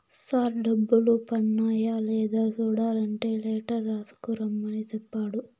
sir డబ్బులు పన్నాయ లేదా సూడలంటే లెటర్ రాసుకు రమ్మని సెప్పాడు